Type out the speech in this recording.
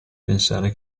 pensare